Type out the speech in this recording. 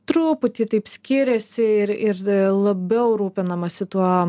truputį taip skiriasi ir ir labiau rūpinamasi tuo